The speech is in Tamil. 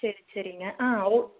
சரி சரிங்க ஆ ஓக்